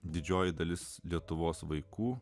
didžioji dalis lietuvos vaikų